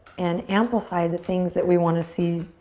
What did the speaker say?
and amplify the things that we want to see